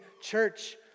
church